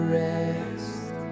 rest